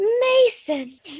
Mason